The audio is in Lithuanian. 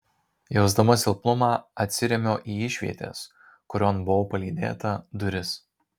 jausdama silpnumą atsirėmiau į išvietės kurion buvau palydėta duris